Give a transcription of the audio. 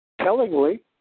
Tellingly